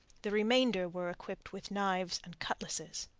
the remainder were equipped with knives and cutlasses.